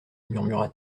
murmura